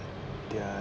their